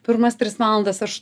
pirmas tris valandas aš